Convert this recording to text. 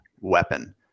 weapon